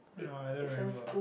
no I don't remember